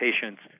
patients